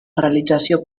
realització